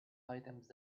items